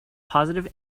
positive